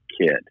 kid